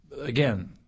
Again